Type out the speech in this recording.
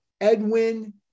Edwin